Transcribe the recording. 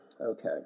Okay